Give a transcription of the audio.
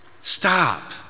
stop